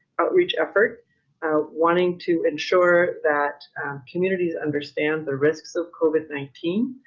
outreach effort ah wanting to ensure that communities understand the risks of covid nineteen,